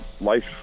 life